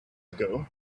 ago